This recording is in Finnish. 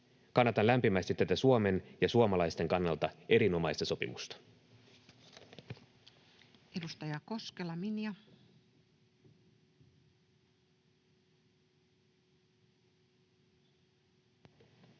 Kannatan lämpimästi tätä Suomen ja suomalaisten kannalta erinomaista sopimusta.